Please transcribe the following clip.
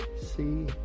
see